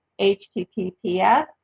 https